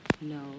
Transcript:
No